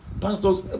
pastors